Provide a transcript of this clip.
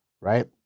right